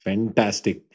Fantastic